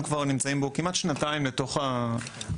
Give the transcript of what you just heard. כבר נמצאים בו כמעט שנתיים לתוך העבודה,